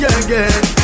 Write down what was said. again